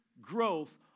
growth